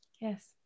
Yes